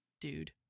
dude